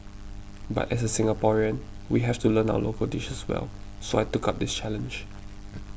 but as a Singaporean we have to learn our local dishes well so I took up this challenge